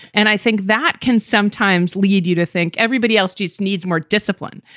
and i think that can sometimes lead you to think everybody else just needs more discipline.